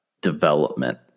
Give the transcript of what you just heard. development